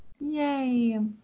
Yay